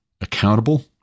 accountable